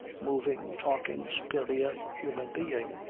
moving, talking, superior human being,